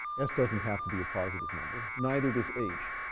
s doesn't have to be a positive number neither does h.